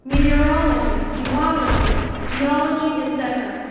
meteorology, geography, geology, etc,